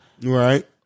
Right